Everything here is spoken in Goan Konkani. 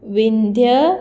विंध्य